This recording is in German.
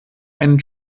einen